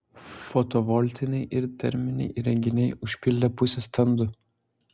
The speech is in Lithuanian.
fotovoltiniai ir terminiai įrenginiai užpildė pusę stendų